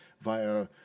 via